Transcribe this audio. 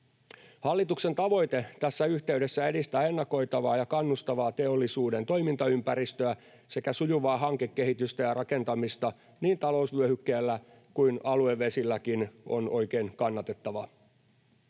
Hallituksen tavoite tässä yhteydessä edistää ennakoitavaa ja kannustavaa teollisuuden toimintaympäristöä sekä sujuvaa hankekehitystä ja rakentamista niin talousvyöhykkeellä kuin aluevesilläkin on oikein kannatettava.